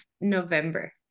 November